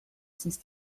since